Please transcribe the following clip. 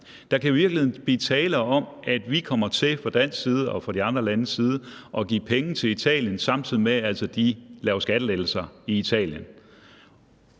Der kan i virkeligheden blive tale om, at vi fra dansk side og fra de andre landes side kommer til at give penge til Italien, samtidig med at de laver skattelettelser i Italien.